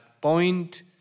point